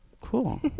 Cool